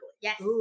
Yes